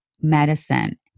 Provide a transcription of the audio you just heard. medicine